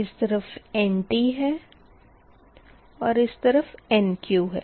इस तरफ़ Nt है और इस तरफ़ Nq है